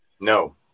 No